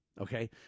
Okay